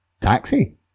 Taxi